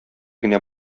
генә